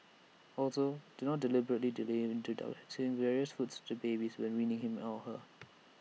also do not deliberately delay introducing various foods to babies when weaning him or her